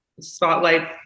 spotlight